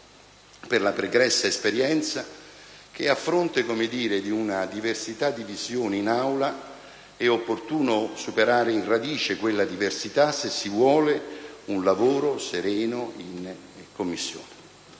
per la pregressa esperienza, che a fronte di una diversità di visione in Aula, è opportuno superare in radice quella diversità, se si vuole un lavoro sereno in Commissione.